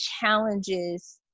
challenges